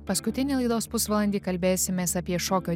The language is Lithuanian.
paskutinį laidos pusvalandį kalbėsimės apie šokio